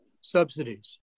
subsidies